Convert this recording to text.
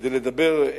כדי לדבר,